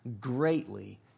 greatly